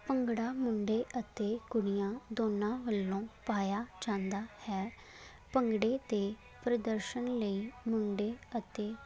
ਭੰਗੜਾ ਮੁੰਡੇ ਅਤੇ ਕੁੜੀਆਂ ਦੋਨਾਂ ਵੱਲੋਂ ਪਾਇਆ ਜਾਂਦਾ ਹੈ ਭੰਗੜੇ ਅਤੇ ਪ੍ਰਦਰਸ਼ਨ ਲਈ ਮੁੰਡੇ ਅਤੇ